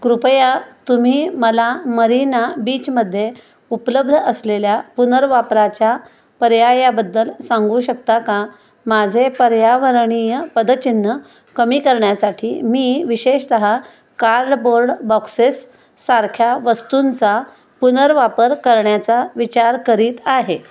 कृपया तुम्ही मला मरीना बीचमध्ये उपलब्ध असलेल्या पुनर्वापराच्या पर्यायाबद्दल सांगू शकता का माझे पर्यावरणीय पदचिन्ह कमी करण्यासाठी मी विशेषतः कार्डबोर्ड बॉक्सेस सारख्या वस्तूंचा पुनर्वापर करण्याचा विचार करीत आहे